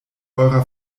eurer